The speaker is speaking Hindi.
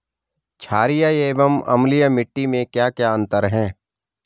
छारीय एवं अम्लीय मिट्टी में क्या क्या अंतर हैं?